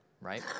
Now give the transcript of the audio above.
right